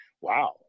wow